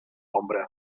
ombra